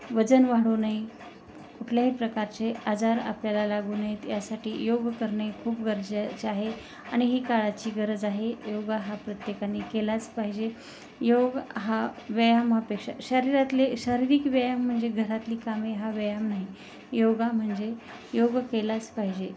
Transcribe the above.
वजन वाढू नये कुठल्याही प्रकारचे आजार आपल्याला लागू नयेत यासाठी योग करणे खूप गरजेचे आहे आणि ही काळाची गरज आहे योगा हा प्रत्येकाने केलाच पाहिजे योग हा व्यायामापेक्षा शरीरातले शारीरिक व्यायाम म्हणजे घरातली कामे हा व्यायाम नाही योगा म्हणजे योग केलाच पाहिजे